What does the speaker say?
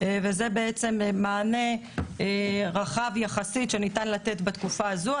וזה בעצם מענה רחב יחסית שניתן לתת בתקופה זו.